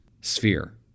sphere